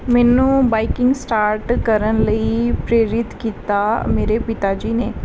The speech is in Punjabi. ਮੈਨੂੰ ਬਾਈਕਿੰਗ ਸਟਾਰਟ ਕਰਨ ਲਈ ਪ੍ਰੇਰਿਤ ਕੀਤਾ ਮੇਰੇ ਪਿਤਾ ਜੀ ਨੇ